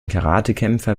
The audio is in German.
karatekämpfer